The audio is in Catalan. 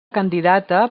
candidata